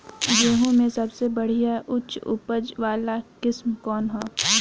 गेहूं में सबसे बढ़िया उच्च उपज वाली किस्म कौन ह?